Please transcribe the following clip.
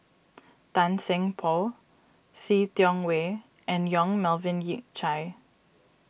Tan Seng Poh See Tiong Wah and Yong Melvin Yik Chye